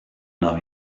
now